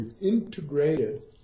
integrated